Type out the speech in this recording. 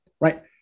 right